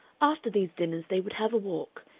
after these dinners they would have a walk,